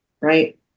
right